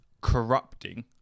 corrupting